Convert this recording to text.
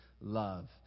love